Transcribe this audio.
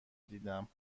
دیدم